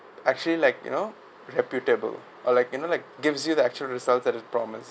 actually like you know reputable or like you know like gives you the actual result that its promised